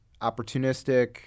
opportunistic